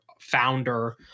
founder